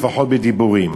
לפחות בדיבורים.